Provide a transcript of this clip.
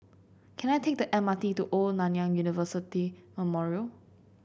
can I take the M R T to Old Nanyang University Memorial